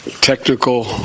technical